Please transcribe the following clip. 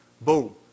boom